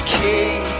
king